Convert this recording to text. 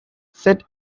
set